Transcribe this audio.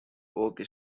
oak